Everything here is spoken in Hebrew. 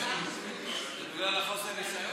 בגלל חוסר הניסיון?